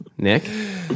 Nick